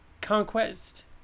conquest